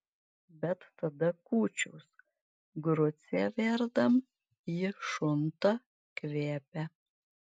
bet tada kūčios grucę verdam ji šunta kvepia